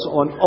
on